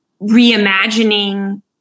reimagining